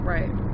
Right